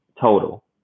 total